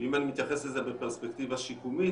ואם אני אתייחס לזה בפרספקטיבה שיקומית